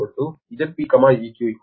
1your 0